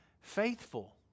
faithful